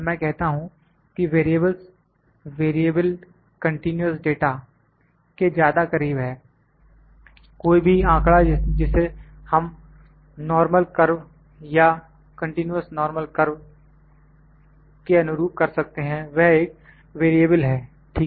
जब मैं कहता हूं कि वेरिएबलस् वेरिएबल कंटीन्यूअस डाटा के ज्यादा करीब हैं कोई भी आंकड़ा जिसे हम नॉर्मल करव या कंटीन्यूअस नॉरमल करव के अनुरूप कर सकते हैं वह एक वेरिएबल है ठीक है